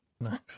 Nice